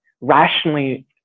rationally